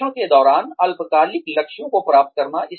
प्रशिक्षण के दौरान अल्पकालिक लक्ष्यों को प्राप्त करें